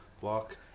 walk